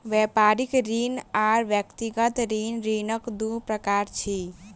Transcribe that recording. व्यापारिक ऋण आर व्यक्तिगत ऋण, ऋणक दू प्रकार अछि